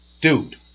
Dude